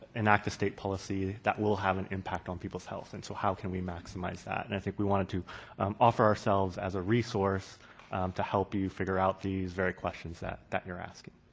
enact a state policy that will have and impact on people's health. and so how can we maximize that. and i think we wanted to offer ourselves as a resource to help you figure out these very questions that that you're asking.